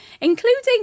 including